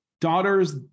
daughter's